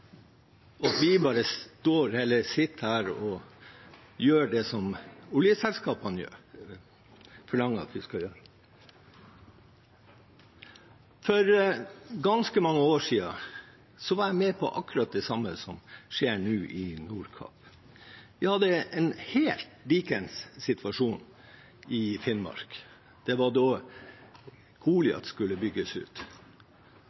vi bare sitter her og gjør det som oljeselskapene forlanger at vi skal gjøre. For ganske mange år siden var jeg med på akkurat det samme som det som nå skjer i Nordkapp. Vi hadde en helt lik situasjon i Finnmark da Goliat skulle bygges ut. Akkurat det samme skjedde da.